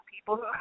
people